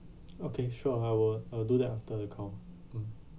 okay sure I will I will do that after the call